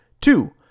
two